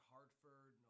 Hartford